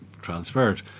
transferred